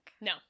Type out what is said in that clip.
no